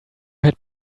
had